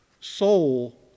soul